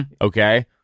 Okay